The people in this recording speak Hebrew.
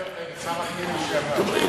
זו שעת שאלות ותשובות לחבר הכנסת אחמד טיבי.